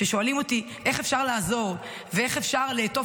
כששואלים אותי איך אפשר לעזור ואיך אפשר לעטוף